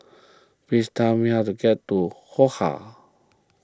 please tell me how to get to Ho Ha